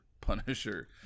Punisher